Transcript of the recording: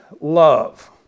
love